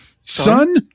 Son